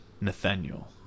Nathaniel